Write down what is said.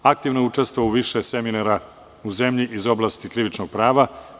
Aktivno je učestvovao u više seminara u zemlji iz oblasti krivičnog prava.